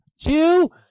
two